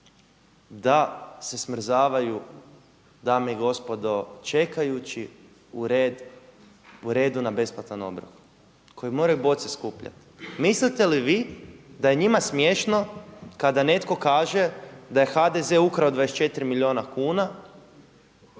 da se smrzavaju dame i gospodo čekajući u redu na besplatan obrok, koji moraju boce skupljat. Mislite li vi da je njima smiješno kada netko kaže da je HDZ ukrao 24 milijuna kuna